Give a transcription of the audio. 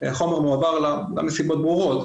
מסיבות ברורות,